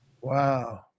wow